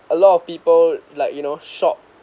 a lot of people like you know shop